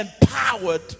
empowered